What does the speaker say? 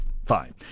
fine